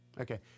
okay